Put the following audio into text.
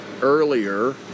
Earlier